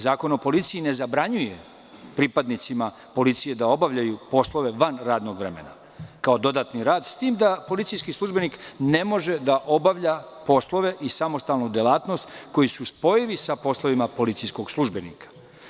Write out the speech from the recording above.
Zakon o policiji ne zabranjuje pripadnicima policije da obavljaju poslove van radnog vremena, kao dodatni rad, s tim da policijski službenik ne može da obavlja poslove i samostalnu delatnost koji su spojivi sa poslovima policijskog službenika.